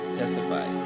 testify